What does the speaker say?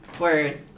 Word